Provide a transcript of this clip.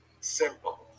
simple